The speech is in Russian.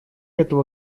этого